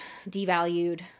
devalued